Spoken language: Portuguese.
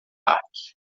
parque